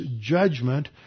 judgment